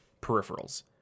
peripherals